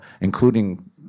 including